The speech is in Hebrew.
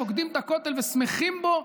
פוקדים את הכותל ושמחים בו.